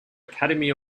academy